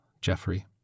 Jeffrey